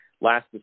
Last